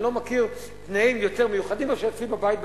אני לא מכיר תנאים יותר מיוחדים מאשר אצלי בבית,